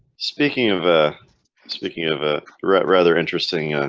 speaking of ah and speaking of a threat rather interesting ah